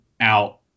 out